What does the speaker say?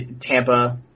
Tampa